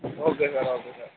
okay sir okay sir